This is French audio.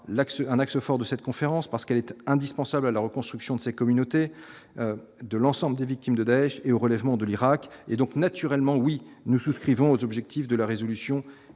un axe fort de cette conférence parce qu'elle était indispensable à la reconstruction de ces communautés de l'ensemble des victimes de Daech et au relèvement de l'Irak et donc naturellement oui nous souscrivons aux objectifs de la résolution